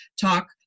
talk